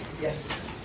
Yes